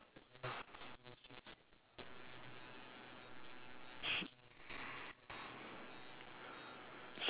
shoot mm